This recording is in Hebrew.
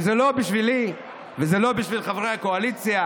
כי זה לא בשבילי וזה לא בשביל חברי הקואליציה,